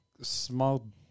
small